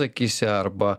akyse arba